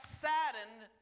saddened